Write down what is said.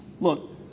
Look